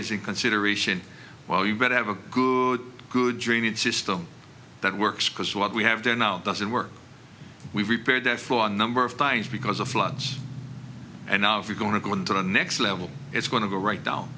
is in consideration well you better have a good good drainage system that works because what we have there now doesn't work we repaired that for a number of times because of floods and now if you're going to go into the next level it's going to go right down